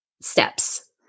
steps